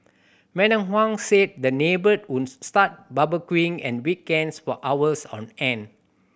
Madam Huang said the neighbour would start on weekends for hours on end